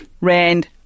rand